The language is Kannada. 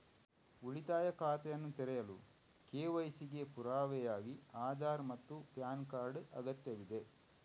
ಉಳಿತಾಯ ಖಾತೆಯನ್ನು ತೆರೆಯಲು ಕೆ.ವೈ.ಸಿ ಗೆ ಪುರಾವೆಯಾಗಿ ಆಧಾರ್ ಮತ್ತು ಪ್ಯಾನ್ ಕಾರ್ಡ್ ಅಗತ್ಯವಿದೆ